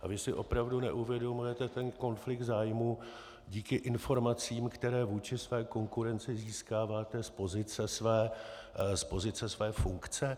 A vy si opravdu neuvědomujete ten konflikt zájmů díky informacím, které vůči své konkurenci získáváte z pozice své funkce?